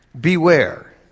Beware